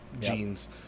jeans